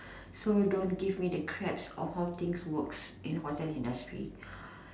so don't give me the crap on how things work in hotel industry